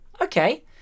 Okay